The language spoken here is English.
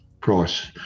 price